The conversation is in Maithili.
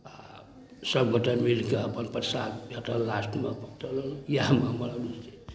आओर सबगोटे मिलिकऽ अपन परसाद भेटल लास्टमे इएहमे हमर रुचि अछि